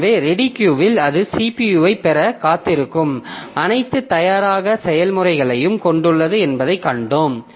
எனவே ரெடி கியூவில் அது CPU ஐப் பெறக் காத்திருக்கும் அனைத்து தயாராக செயல்முறைகளையும் கொண்டுள்ளது என்பதைக் கண்டோம்